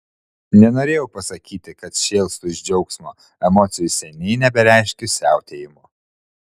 nenorėjau pasakyti kad šėlstu iš džiaugsmo emocijų seniai nebereiškiu siautėjimu